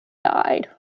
died